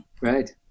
right